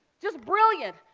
just brilliant.